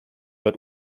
but